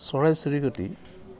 চৰাই চিৰিকটি